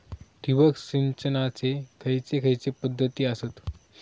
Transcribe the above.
ठिबक सिंचनाचे खैयचे खैयचे पध्दती आसत?